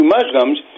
Muslims